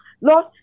Lord